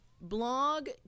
blog